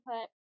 put